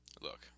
look